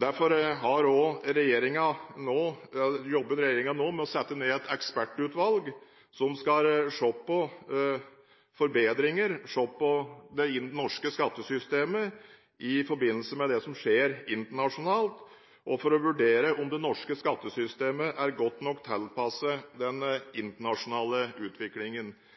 Derfor jobber regjeringen nå med å sette ned et ekspertutvalg som skal se på forbedringer, som skal se på det norske skattesystemet i forbindelse med det som skjer internasjonalt, og som skal vurdere om det norske skattesystemet er godt nok tilpasset den internasjonale utviklingen.